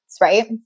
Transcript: right